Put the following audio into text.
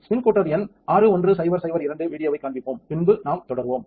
spin coater எண் 61002 வீடியோவை காண்போம் பின்பு நாம் தொடருவோம்